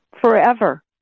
forever